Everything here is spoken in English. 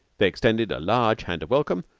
they extended a large hand of welcome,